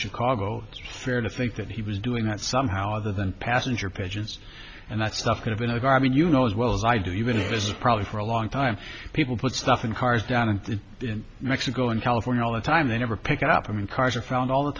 chicago fair to think that he was doing that somehow other than passenger pigeons and that stuff could have been a car i mean you know as well as i do even if it was probably for a long time people put stuff in cars down in mexico and california all the time they never pick up i mean cars are found all the